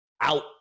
out